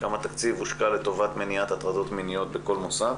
כמה תקציב הושקע לטובת הטרדות מיניות בכל מוסד.